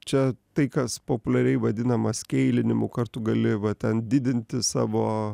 čia tai kas populiariai vadinama skeilinimu kartu gali va ten didinti savo